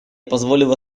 позволило